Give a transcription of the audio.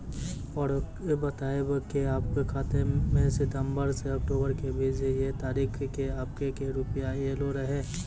और बतायब के आपके खाते मे सितंबर से अक्टूबर के बीज ये तारीख के आपके के रुपिया येलो रहे?